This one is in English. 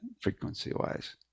frequency-wise